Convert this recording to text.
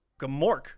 Gamork